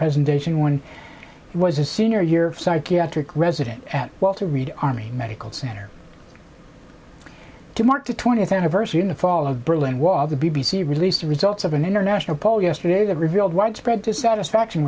presentation one was a senior year psychiatric resident at walter reed army medical center to mark the twentieth anniversary in the fall of berlin wall the b b c released the results of an international poll yesterday that revealed widespread dissatisfaction